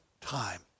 time